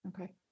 Okay